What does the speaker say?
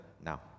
now